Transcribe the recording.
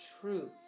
truth